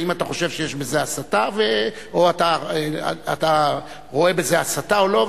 האם אתה חושב שיש בזה הסתה או אתה רואה בזה הסתה או לא?